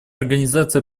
организации